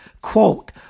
quote